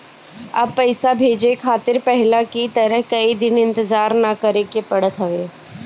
अब पइसा भेजे खातिर पहले की तरह कई दिन इंतजार ना करेके पड़त हवे